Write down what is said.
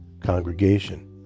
congregation